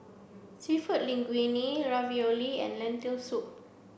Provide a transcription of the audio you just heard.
Seafood Linguine Ravioli and Lentil soup